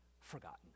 forgotten